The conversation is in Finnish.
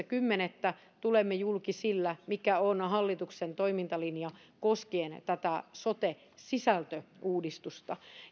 kymmenettä tulemme julki sillä mikä on hallituksen toimintalinja koskien tätä sote sisältöuudistusta